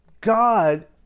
God